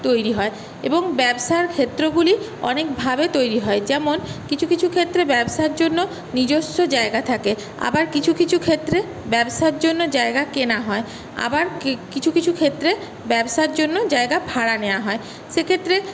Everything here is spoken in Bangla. তৈরি হয় এবং ব্যবসার ক্ষেত্রগুলি অনেকভাবে তৈরি হয় যেমন কিছু কিছু ক্ষেত্রে ব্যবসার জন্য নিজস্ব জায়গা থাকে আবার কিছু কিছু ক্ষেত্রে ব্যবসার জন্য জায়গা কেনা হয় আবার কিছু কিছু ক্ষেত্রে ব্যবসার জন্য জায়গা ভাড়া নেওয়া হয় সেক্ষেত্রে